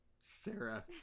Sarah